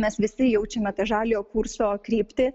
mes visi jaučiame tą žaliojo kurso kryptį